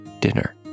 dinner